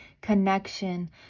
connection